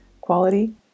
quality